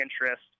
interest